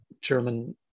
German